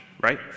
right